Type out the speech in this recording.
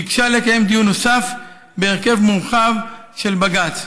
ביקשה לקיים דיון נוסף בהרכב מורחב של בג"ץ.